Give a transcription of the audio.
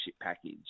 package